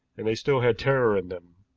and they still had terror in them.